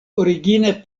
origine